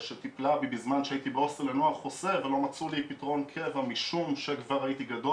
בחודשיים הראשונים שהייתי שם הייתי מגיע